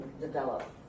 develop